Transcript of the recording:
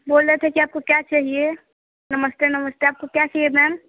बोल रहे थे कि आपको क्या चाहिए नमस्ते नमस्ते आपको क्या चाहिए मैम